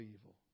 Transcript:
evil